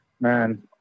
man